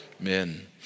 Amen